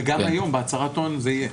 וגם היום בהצהרת הון זה יהיה.